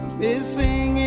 missing